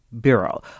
Bureau